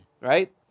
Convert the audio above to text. right